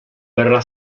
verrà